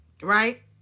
Right